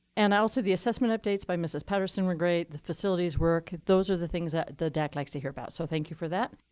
and also the assessment updates by mrs. patterson were great. the facilities work. those are the things that the likes to hear about. so thank you for that.